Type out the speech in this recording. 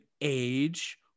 age